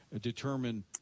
determine